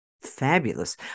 fabulous